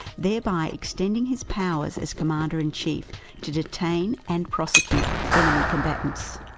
thereby extending his powers as commander-in-chief to detain and prosecute enemy combatants.